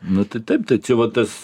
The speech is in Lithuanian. nu tai taip tai čia va tas